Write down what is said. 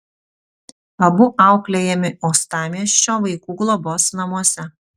abu auklėjami uostamiesčio vaikų globos namuose